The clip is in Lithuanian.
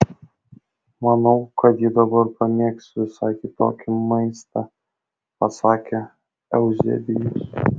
manau kad ji dabar pamėgs visai kitokį maistą pasakė euzebijus